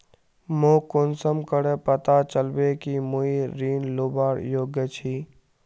मोक कुंसम करे पता चलबे कि मुई ऋण लुबार योग्य छी?